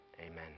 Amen